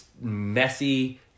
messy